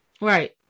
Right